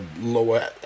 lower